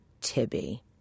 Tibby